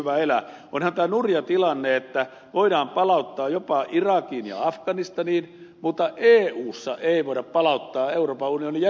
onhan tämä nurja tilanne että voidaan palauttaa jopa irakiin ja afganistaniin mutta eussa ei voida palauttaa euroopan unionin jäsenmaahan